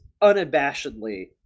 unabashedly